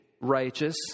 righteous